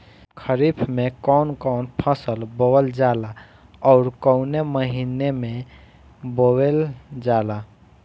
खरिफ में कौन कौं फसल बोवल जाला अउर काउने महीने में बोवेल जाला?